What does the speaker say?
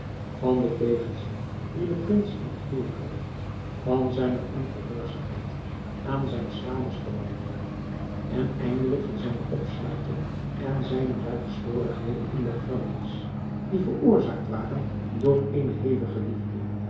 van den tegenzin dien de prins in het huwelijk had van zijne ongehoorzaamheid aan zijns vaders verlangen en eindelijk van zijne opsluiting en zijne buitensporigheden in de gevangenis die veroorzaakt waren door